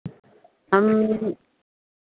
हम